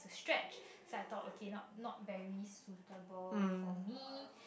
stretch so I thought okay not not very suitable for me